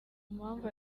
mpamvu